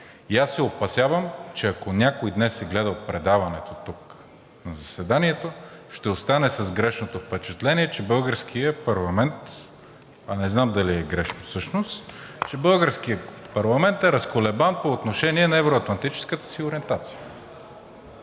Аз се опасявам, че ако някой днес е гледал предаването на заседанието, ще остане с грешното впечатление, че българският парламент – не знам дали е грешно всъщност, че българският парламент е разколебан по отношение на евро-атлантическата си ориентация,